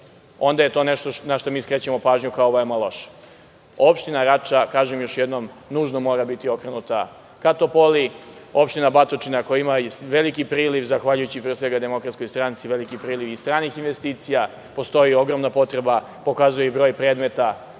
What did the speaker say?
onda je to nešto na šta mi skrećemo pažnju kao veoma loše. Opština Rača, kažem još jednom, nužno mora biti okrenuta ka Topoli. Opština Batočna koja ima veliki priliv, zahvaljujući pre svega DS, veliki priliv stranih investicija. Postoji ogromna potreba, pokazuje i broj predmeta,